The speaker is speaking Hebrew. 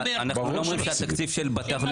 אנחנו לא אומרים שהתקציב של בתי החולים